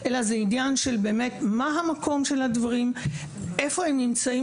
אלא זהו עניין של מהו המקום של הדברים; איפה הם נמצאים